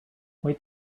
wait